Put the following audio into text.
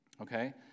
Okay